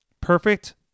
perfect